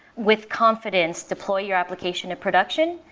with confidence, deploy your application of production,